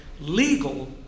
legal